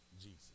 Jesus